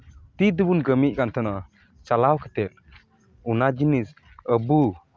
ᱛᱤ ᱛᱮᱵᱚᱱ ᱠᱟᱹᱢᱤᱭᱮᱜ ᱠᱟᱱ ᱛᱟᱦᱮᱱᱟ ᱪᱟᱞᱟᱣ ᱠᱟᱛᱮ ᱚᱱᱟ ᱡᱤᱱᱤᱥ ᱟᱹᱵᱚ